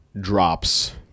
drops